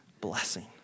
blessing